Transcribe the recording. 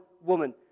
woman